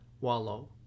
Wallow